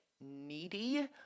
needy